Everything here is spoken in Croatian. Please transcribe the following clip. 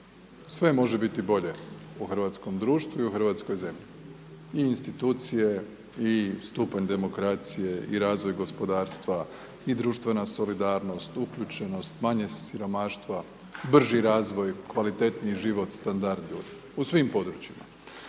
Sve može biti bolje u hrvatskom društvu i u hrvatskoj zemlji. I institucije i stupanj demokracije i razvoj gospodarstva i društvena solidarnost, uključenost, manje siromaštva, brži razvoj, kvalitetniji život, standard ljudi. U svim područjima.